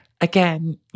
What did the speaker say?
again